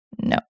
No